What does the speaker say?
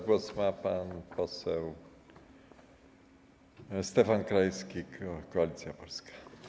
Głos ma pan poseł Stefan Krajewski, Koalicja Polska.